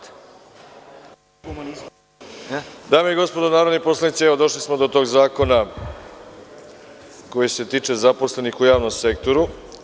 Dame i gospodo narodni poslanici, došli smo do tog zakona koji se tiče zaposlenih u javnom sektoru.